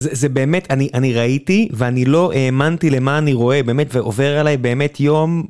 זה זה באמת, אני ראיתי, ואני לא האמנתי למה אני רואה, באמת, ועובר עליי באמת יום...